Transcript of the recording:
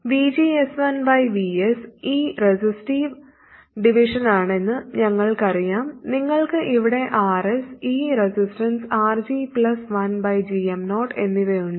VGS1 by Vs ഈ resistive ഡിവിഷനാണെന്ന് ഞങ്ങൾക്കറിയാം നിങ്ങൾക്ക് ഇവിടെ Rs ഈ റെസിസ്റ്റൻസ് RG 1gm0എന്നിവയുണ്ട്